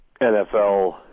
NFL